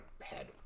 head